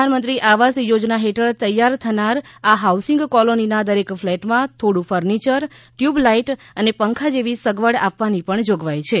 પ્રધાનમંત્રી આવાસ યોજના હેઠળ તૈયાર થનાર આ હાઉસિંગ કોલોનીના દરેક ફ્લૅટમાં થોડું ફર્નિચર ટ્યૂબલાઈટ અને પંખા જેવી સગવડ આપવાની પણ જોગવાઈ છે